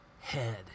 head